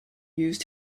use